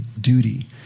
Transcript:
duty